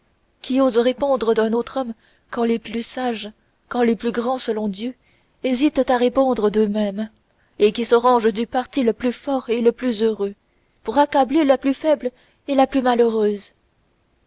qui ose répondre d'un autre homme quand les plus sages quand les plus grands selon dieu hésitent à répondre d'eux-mêmes et qui se range du parti le plus fort et le plus heureux pour accabler la plus faible et la plus malheureuse